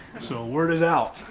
so word is out.